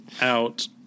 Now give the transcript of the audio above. out